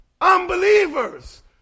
unbelievers